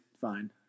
fine